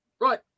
right